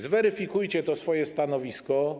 Zweryfikujcie swoje stanowisko.